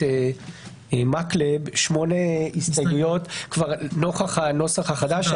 מקלב שמונה הסתייגויות נוכח הנוסח החדש.